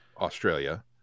Australia